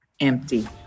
empty